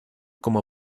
como